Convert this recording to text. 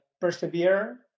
persevere